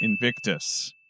Invictus